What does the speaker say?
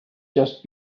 just